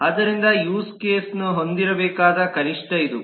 ಆದ್ದರಿಂದ ಯೂಸ್ ಕೇಸ್ನ್ನು ಹೊಂದಿರಬೇಕಾದ ಕನಿಷ್ಠ ಇದು